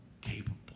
capable